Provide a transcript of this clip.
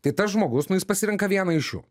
tai tas žmogus nu jis pasirenka vieną iš jų